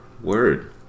Word